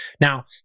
Now